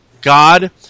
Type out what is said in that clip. God